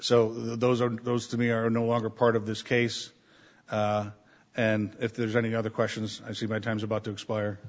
so those are those to me are no longer part of this case and if there's any other questions i see my time's about to expire